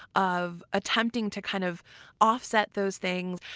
of attempting to kind of offset those things.